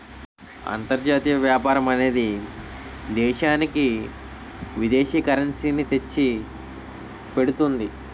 అంతర్జాతీయ వ్యాపారం అనేది దేశానికి విదేశీ కరెన్సీ ని తెచ్చిపెడుతుంది